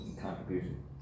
contribution